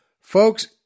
folks